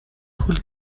хөл